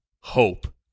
hope